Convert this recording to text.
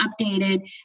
updated